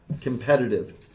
competitive